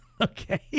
Okay